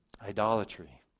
idolatry